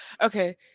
okay